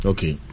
Okay